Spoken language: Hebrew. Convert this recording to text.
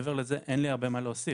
מעבר לזה, אין לי הרבה מה להוסיף.